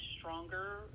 stronger